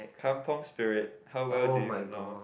Kampung spirit how well do you know